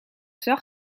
zag